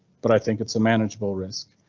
but i think it's a manageable risk.